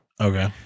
Okay